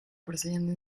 persiguiendo